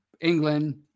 England